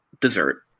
dessert